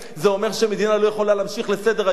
זה אומר שהמדינה לא יכולה להמשיך לסדר-היום.